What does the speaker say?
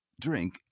Drink